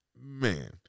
Man